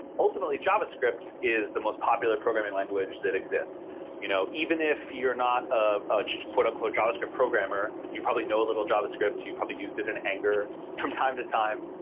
ultimately, javascript is the most popular programming language that exists. you know even if you're not ah ah a javascript programmer, you probably know a little javascript. you you probably used it in anger from time to time.